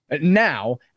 now